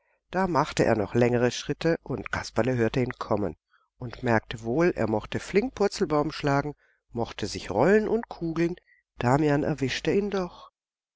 da machte er noch längere schritte und kasperle hörte ihn kommen und merkte wohl er mochte flink purzelbaum schlagen mochte sich rollen und kugeln damian erwischte ihn doch